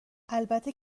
البته